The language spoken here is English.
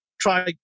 try